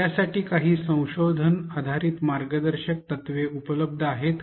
यासाठी काही संशोधन आधारित मार्गदर्शक तत्त्वे उपलब्ध आहेत का